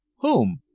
whom?